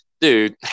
dude